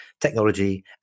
technology